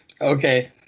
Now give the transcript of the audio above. Okay